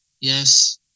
Yes